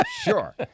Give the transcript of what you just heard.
Sure